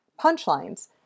punchlines